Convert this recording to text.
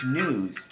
news